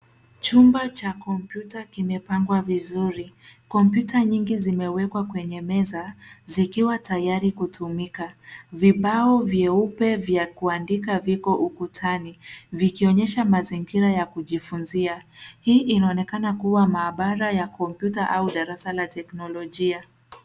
Chumba cha kompyuta kimepangwa vizuri. Kompyuta nyingi zimewekwa kwenye meza, zikiwa tayari kutumika. Vibao vyeupe vya kuandika viko ukutani, vikionyesha mazingira ya kujifunzia, hii inaonekana kuwa maabara ya kompyuta au darasa la teknolojia.